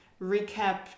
recap